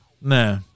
Nah